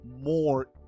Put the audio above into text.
More